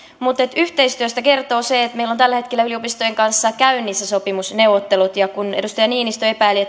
mutta yhteistyöstä kertoo se että meillä on tällä hetkellä yliopistojen kanssa käynnissä sopimusneuvottelut kun edustaja niinistö epäili